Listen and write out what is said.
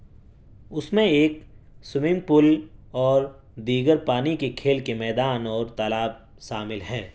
اس میں ایک swimming pool اور دیگر پانی کے کھیل کے میدان اور تالاب شامل ہیں